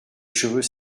cheveux